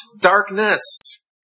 darkness